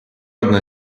одна